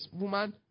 woman